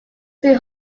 see